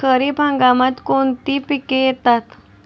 खरीप हंगामात कोणती पिके येतात?